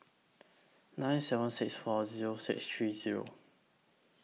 nine seven six four Zero six three Zero